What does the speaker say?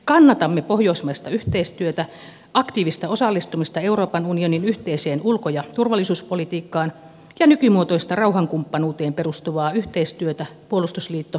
kannatamme pohjoismaista yhteistyötä aktiivista osallistumista euroopan unionin yhteiseen ulko ja turvallisuuspolitiikkaan ja nykymuotoista rauhankumppanuuteen perustuvaa yhteistyötä puolustusliitto naton kanssa